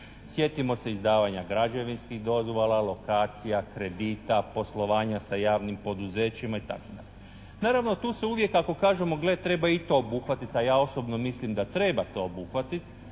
Sjetimo se izdavanja građevinskih dozvola, lokacija, kredita, poslovanja sa javnim poduzećima itd. Naravno tu se uvijek ako kažemo gle treba i to obuhvatiti, a ja osobno mislim da treba to obuhvatiti